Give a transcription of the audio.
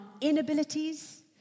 inabilities